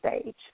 stage